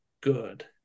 good